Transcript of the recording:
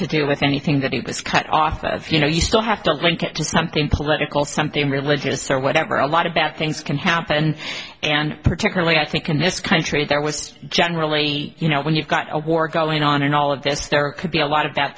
to do with anything that it was cut off you know you still have to link it to something political something religious or whatever a lot of bad things can happen and particularly i think in this country there was generally you know when you've got a war going on and all of this there could be a lot of bad